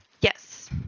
Yes